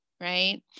right